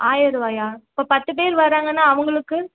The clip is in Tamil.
ஆயிரம் ரூபாயா இப்போது பத்து பேர் வராங்கன்னால் அவங்களுக்கு